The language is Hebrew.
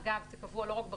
אגב, זה קבוע לא רק ברישיון,